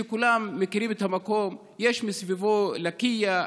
כולם מכירים את המקום: יש מסביבו את לקיה,